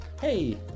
Hey